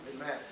Amen